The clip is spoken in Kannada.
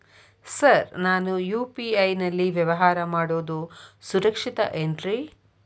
ಸರ್ ನಾನು ಯು.ಪಿ.ಐ ನಲ್ಲಿ ವ್ಯವಹಾರ ಮಾಡೋದು ಸುರಕ್ಷಿತ ಏನ್ರಿ?